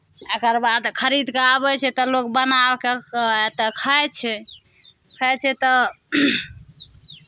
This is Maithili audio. एकर बाद खरीद कऽ आबै छै तऽ लोक बना कऽ आ तब खाइ छै खाइ छै तऽ